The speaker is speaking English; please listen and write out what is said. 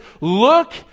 look